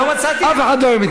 אני לא, אף אחד לא היה מתנגד.